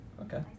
Okay